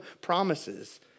promises